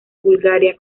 bulgaria